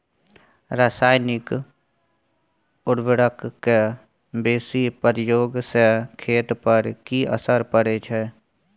रसायनिक उर्वरक के बेसी प्रयोग से खेत पर की असर परै छै?